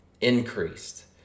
increased